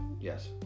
Yes